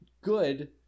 good